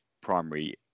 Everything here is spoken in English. primary